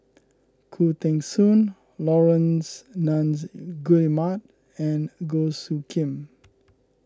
Khoo Teng Soon Laurence Nunns Guillemard and Goh Soo Khim